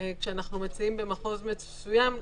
כשאנחנו מציעים במחוז מסוים,